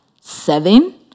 seven